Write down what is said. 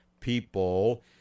People